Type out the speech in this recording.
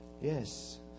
Yes